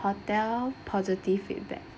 hotel positive feedback